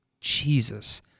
Jesus